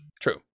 true